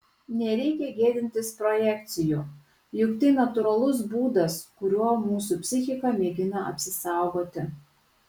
nereikia gėdintis projekcijų juk tai natūralus būdas kuriuo mūsų psichika mėgina apsisaugoti